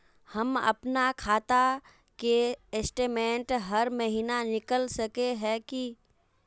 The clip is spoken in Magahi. हम अपना खाता के स्टेटमेंट हर महीना निकल सके है की?